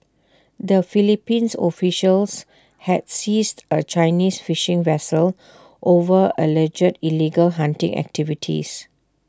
the Philippines officials had seized A Chinese fishing vessel over alleged illegal hunting activities